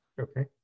Okay